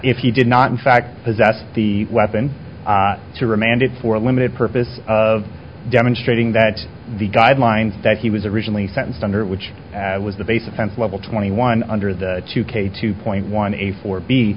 if he did not in fact possess the weapon to remand it for a limited purpose of demonstrating that the guideline that he was originally sentenced under which was the basic sense level twenty one under the two k two point one a for be